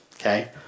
Okay